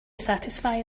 satisfy